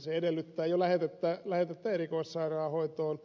se edellyttää jo lähetettä erikoissairaanhoitoon